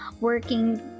Working